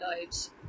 lives